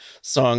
song